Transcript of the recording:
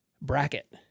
bracket